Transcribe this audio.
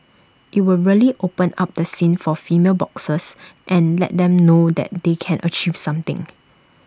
IT would really open up the scene for female boxers and let them know that they can achieve something